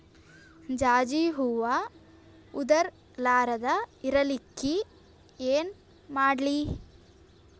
ಜಾಜಿ ಹೂವ ಉದರ್ ಲಾರದ ಇರಲಿಕ್ಕಿ ಏನ ಮಾಡ್ಲಿ?